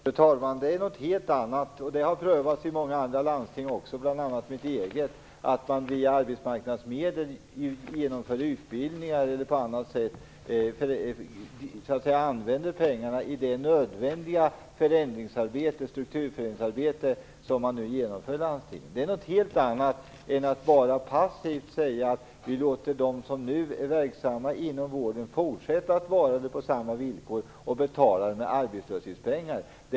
Fru talman! Det Thomas Julin nu talar om är något helt annat, och det har prövats också i många andra landsting, bl.a. mitt eget. Man genomför t.ex. via arbetsmarknadsmedel utbildningar i det nödvändiga strukturförändringsarbete som nu pågår i landstingen. Det är något helt annat än att bara passivt låta dem som nu är verksamma inom vården fortsätta att vara det på samma villkor och att betala för detta med arbetslöshetspengar.